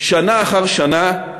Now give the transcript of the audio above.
שנה אחר שנה,